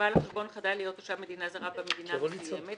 בעל החשבון חדל להיות תושב מדינה זרה במדינה המסוימת;